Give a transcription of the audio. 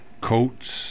coats